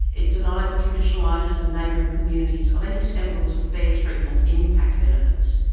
it denied the traditional owners and neighbouring communities of any semblance of fair treatment in impact benefits,